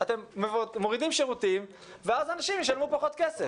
אתם מורידים שירותים ואז אנשים ישלמו פחות כסף.